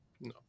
no